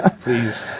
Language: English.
please